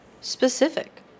Specific